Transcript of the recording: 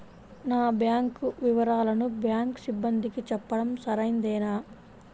నా బ్యాంకు వివరాలను బ్యాంకు సిబ్బందికి చెప్పడం సరైందేనా?